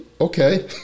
okay